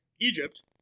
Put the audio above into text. egypt